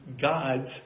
God's